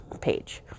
page